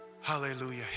hallelujah